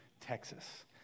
Texas